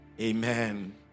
amen